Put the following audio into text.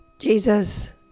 Jesus